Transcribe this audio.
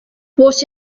what